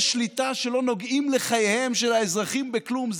שליטה שלא נוגעים לחייהם של האזרחים בכלום.